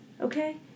okay